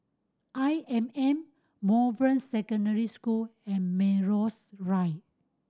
I M M Bowen Secondary School and Melrose Drive